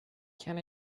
can